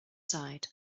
side